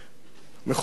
מכובדי כולם,